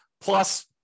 plus